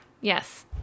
yes